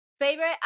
favorite